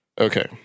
Okay